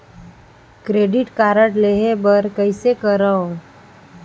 Credit card लेहे बर कइसे करव?